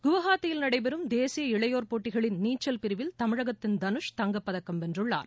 குவஹாத்தியில் நடைபெறும் தேசிய இளையோர் போட்டிகளின் நீச்சல் பிரிவில் தமிழகத்தின் தனுஷ் தங்கப்பதக்கம் வென்றுள்ளார்